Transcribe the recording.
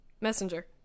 Messenger